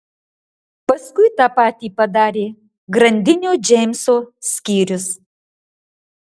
paskui tą patį padarė grandinio džeimso skyrius